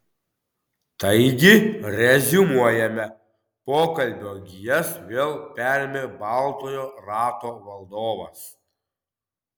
taigi reziumuojame pokalbio gijas vėl perėmė baltojo rato valdovas